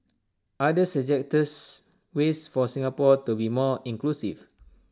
others suggests ways for Singapore to be more inclusive